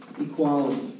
equality